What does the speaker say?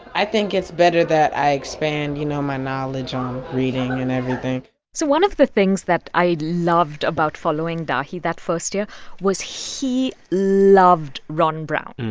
i think it's better that i expand, you know, my knowledge on reading and everything so one of the things that i loved about following dahi that first year was he loved ron brown.